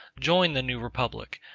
joined the new republic,